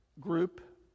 group